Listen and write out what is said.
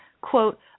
quote